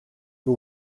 who